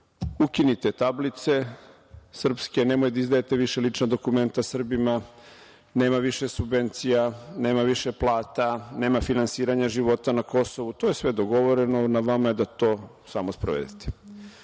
Ukinite tablice srpske, nemoj da izdajete više lična dokumenta Srbima, nema više subvencija, nema više plata, nema finansiranja života na Kosovu, to je sve dogovoreno, na vama je da to tamo sprovedete. Onda